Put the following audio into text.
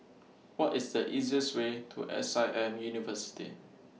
What IS The easiest Way to S I M University